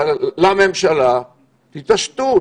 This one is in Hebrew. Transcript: לממשלה: תתעשתו,